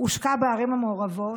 הושקע בערים המעורבות,